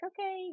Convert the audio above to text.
okay